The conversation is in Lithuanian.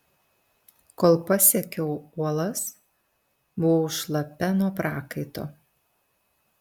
kol pasiekiau uolas buvau šlapia nuo prakaito